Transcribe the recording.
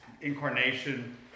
incarnation